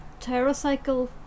TerraCycle